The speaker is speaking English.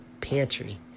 pantry